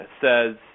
says